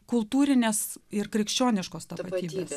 kultūrinės ir krikščioniškos tapatybės